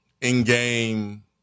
in-game